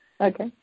Okay